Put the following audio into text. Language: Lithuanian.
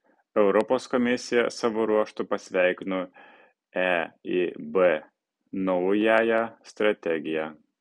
europos komisija savo ruožtu pasveikino eib naująją strategiją